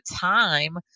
time